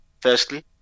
firstly